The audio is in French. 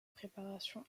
préparation